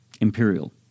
Imperial